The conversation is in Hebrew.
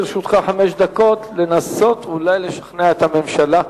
לרשותך חמש דקות לנסות אולי לשכנע את הממשלה.